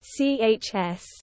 Chs